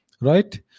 Right